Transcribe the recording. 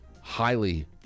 highly